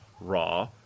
Raw